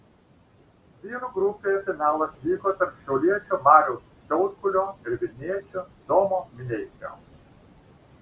vyrų grupėje finalas vyko tarp šiauliečio mariaus šiaudkulio ir vilniečio domo mineikio